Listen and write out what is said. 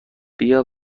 بیا